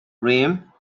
rim